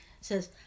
Says